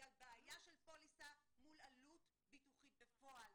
בגלל בעיה של פוליסה מול עלות ביטוחית בפועל,